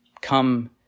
come